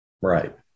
Right